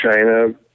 China